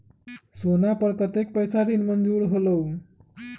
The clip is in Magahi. सोना पर कतेक पैसा ऋण मंजूर होलहु?